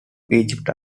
egypt